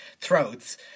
throats